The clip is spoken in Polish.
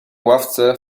ławce